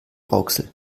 rauxel